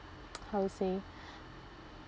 how to say